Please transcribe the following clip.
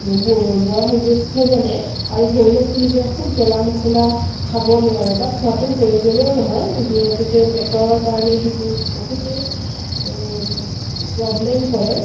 ব বয়োজ্যেষ্ঠজনে আৰু সৰু ল'ৰা ছোৱালীবোৰে খুব জ্বলা মছলা খাব নোৱাৰে বা খোৱাটো প্ৰয়োজনো নহয় যিহেতুকে পেটৰ কাৰণে সেইটো বহুতেই প্ৰবলেম কৰে